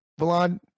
vlad